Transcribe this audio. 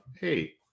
hey